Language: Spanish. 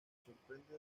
sorprende